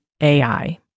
AI